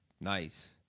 nice